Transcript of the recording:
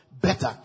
better